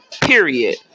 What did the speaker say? Period